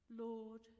Lord